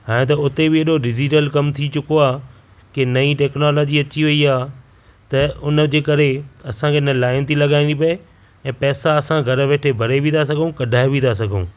हाणे त उते बि ऐॾो डिजीटल कमु थी चुको आहे कि नईं टेकनोलोजी अची वई आहे त उन जे करे असां खे न लाइन थी लॻाइणी पवे ऐं पैसा असां घर वेठे भरे बि था सघूं कढ़ाए बि था सघूं